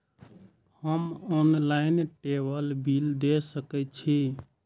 हम ऑनलाईनटेबल बील दे सके छी?